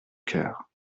cœur